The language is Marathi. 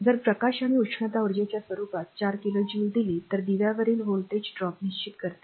जर प्रकाश आणि उष्णता उर्जेच्या स्वरूपात 4 किलो जूल दिले तर दिवावरील व्होल्टेज ड्रॉप निश्चित करते